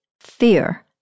fear